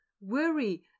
worry